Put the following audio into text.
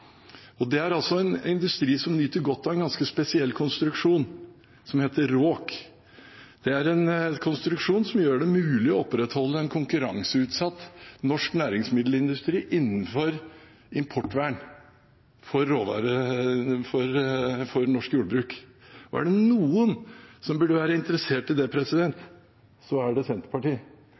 er altså en industri som nyter godt av en ganske spesiell konstruksjon som heter RÅK. Det er en konstruksjon som gjør det mulig å opprettholde en konkurranseutsatt norsk næringsmiddelindustri innenfor importvernet for norsk jordbruk. Var det noen som burde være interessert i det, er det Senterpartiet.